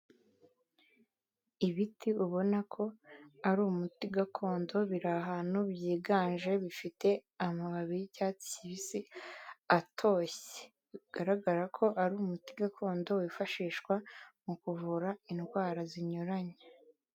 Ibiti ubona ko ari umuti gakondo biri ahantu byiganje bifite amababi y'icyatsi kibisi atoshye, bigaragara ko ari umuti gakondo wifashishwa mu kuvura indwara zinyuranye.